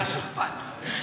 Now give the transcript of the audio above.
זה השכפ"ץ,